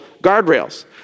guardrails